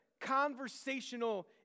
conversational